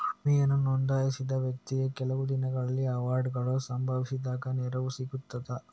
ವಿಮೆಯನ್ನು ನೋಂದಾಯಿಸಿದ ವ್ಯಕ್ತಿಗೆ ಕೆಲವೆ ದಿನಗಳಲ್ಲಿ ಅವಘಡಗಳು ಸಂಭವಿಸಿದಾಗ ನೆರವು ಸಿಗ್ತದ?